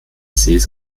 sees